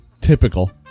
Typical